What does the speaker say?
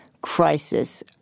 crisis